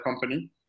company